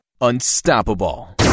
unstoppable